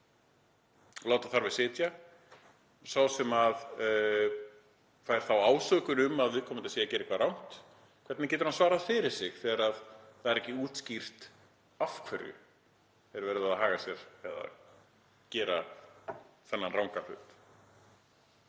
og láta þar við sitja, og sá sem fær þá ásökun um að viðkomandi sé að gera eitthvað rangt, hvernig getur hann svarað fyrir sig þegar það er ekki útskýrt af hverju er verið að haga sér eða gera þennan ranga hlut?